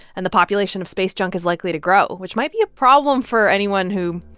and the population of space junk is likely to grow, which might be a problem for anyone who,